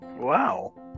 Wow